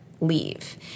leave